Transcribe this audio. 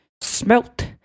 smelt